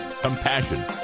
compassion